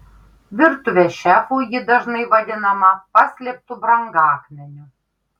virtuvės šefų ji dažnai vadinama paslėptu brangakmeniu